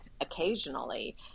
occasionally